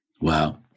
Wow